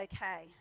Okay